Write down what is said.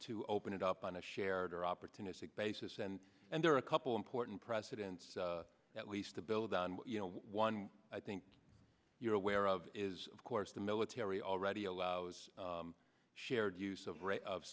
to open it up on a shared or opportunistic basis and and there are a couple important precedents at least to build on you know one i think you're aware of is of course the military already allows shared use of r